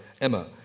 Emma